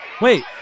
Wait